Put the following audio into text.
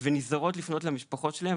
ונזהרות לפנות למשפחות שלהן.